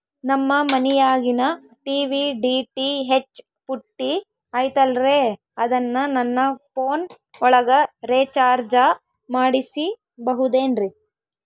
ನಮ್ಮ ಮನಿಯಾಗಿನ TV DTH ಪುಟ್ಟಿ ಐತಲ್ರೇ ಅದನ್ನ ನನ್ನ ಪೋನ್ ಒಳಗ ರೇಚಾರ್ಜ ಮಾಡಸಿಬಹುದೇನ್ರಿ?